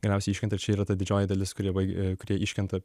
galiausiai iškrenta čia yra ta didžioji dalis kurie baigė kurie iškrenta